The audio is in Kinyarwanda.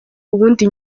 ubundi